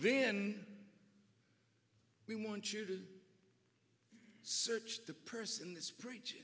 then we want you to search the person preach